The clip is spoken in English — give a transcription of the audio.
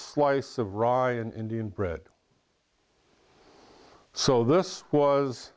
slice of rye and indian bread so this was